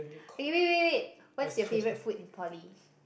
okay wait wait wait what's your favorite food in poly